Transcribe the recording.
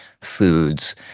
foods